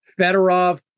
Fedorov